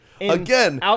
again